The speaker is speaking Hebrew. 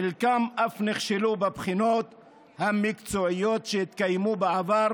וחלקם אף נכשלו בבחינות המקצועיות שהתקיימו בעבר